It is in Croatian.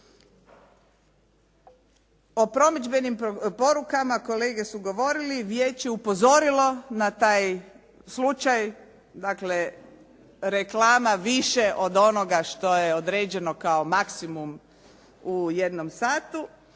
O promidžbenim porukama kolege su govorili, vijeće upozorilo na taj slučaj, dakle reklama više od onoga što je određeno kao maksimum u jednom satu,